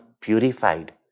purified